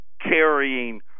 carrying